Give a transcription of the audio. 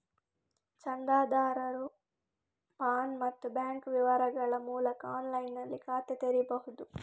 ಚಂದಾದಾರರು ಪಾನ್ ಮತ್ತೆ ಬ್ಯಾಂಕ್ ವಿವರಗಳ ಮೂಲಕ ಆನ್ಲೈನಿನಲ್ಲಿ ಖಾತೆ ತೆರೀಬಹುದು